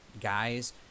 guys